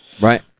right